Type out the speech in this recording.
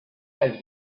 has